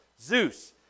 Zeus